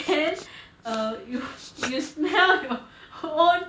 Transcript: then err you you smell your own